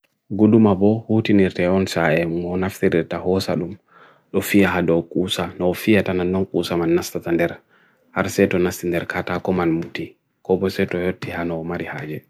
gudumabu huti nirte ontsa e mwanafthirita hosa dum lo fia hado kusa, lo fia tana nong kusa man nastatander haraseto nastin derkata akoman muti, koposeto hirti hana omari haje.